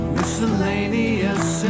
Miscellaneous